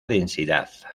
densidad